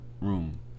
room